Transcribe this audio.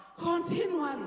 continually